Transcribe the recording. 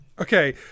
Okay